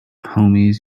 homies